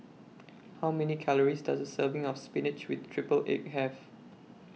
How Many Calories Does A Serving of Spinach with Triple Egg Have